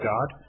God